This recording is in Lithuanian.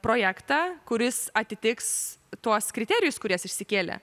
projektą kuris atitiks tuos kriterijus kuriuos išsikėlė